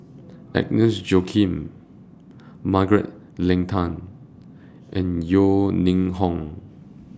Agnes Joaquim Margaret Leng Tan and Yeo Ning Hong